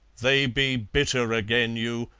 they be bitter agen you,